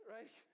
Right